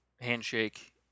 handshake